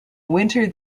winter